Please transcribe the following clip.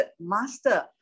Master